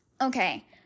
Okay